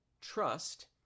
trust